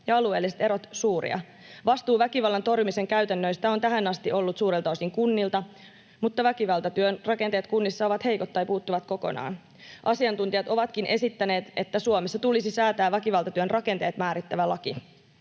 ja alueelliset erot suuria. Vastuu väkivallan torjumisen käytännöistä on tähän asti ollut suurelta osin kunnilla, mutta väkivaltatyön rakenteet kunnissa ovat heikot tai puuttuvat kokonaan. Asiantuntijat ovatkin esittäneet, että Suomessa tulisi säätää väkivaltatyön rakenteet määrittävä laki.